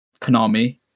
Konami